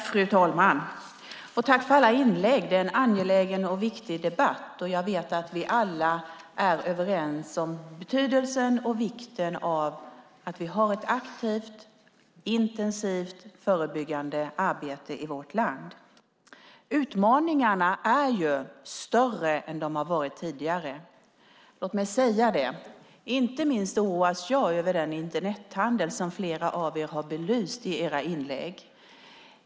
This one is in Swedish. Fru talman! Tack för alla inlägg! Det är en angelägen och viktig debatt, och jag vet att vi alla är överens om betydelsen och vikten av att vi har ett aktivt och intensivt förebyggande arbete i vårt land. Utmaningarna är större än de har varit tidigare - låt mig säga det. Inte minst oroas jag över den Internethandel som flera av er har belyst i era inlägg.